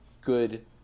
good